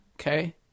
okay